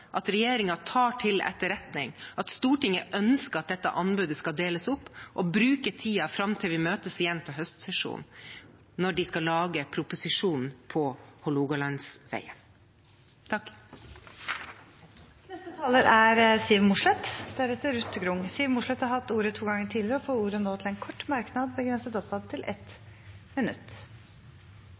at regjeringen tar til etterretning at Stortinget ønsker at dette anbudet skal deles opp, og bruker tiden fram til vi møtes igjen til høstsesjonen, når de skal lage proposisjonen om Hålogalandsvegen. Representanten Siv Mossleth har hatt ordet to ganger tidligere og får ordet til en kort merknad, begrenset til 1 minutt.